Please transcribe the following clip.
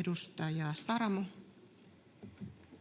Edustaja Saramo.